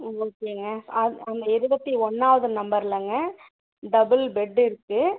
ம் ஓகேங்க ஆந் அந்த இருபத்தி ஒன்னாவது நம்பர்லங்க டபுள் பெட் இருக்கு